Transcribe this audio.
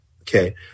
Okay